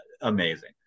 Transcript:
amazing